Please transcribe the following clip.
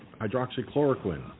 hydroxychloroquine